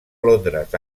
londres